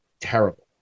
terrible